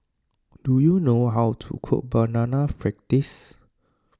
do you know how to cook Banana Fritters